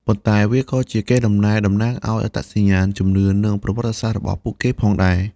ប៉ុន្តែវាក៏ជាកេរដំណែលតំណាងអត្តសញ្ញាណ ជំនឿ និងប្រវត្តិសាស្ត្ររបស់ពួកគេផងដែរ។